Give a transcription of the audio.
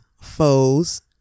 foes